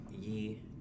ye